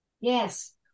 Yes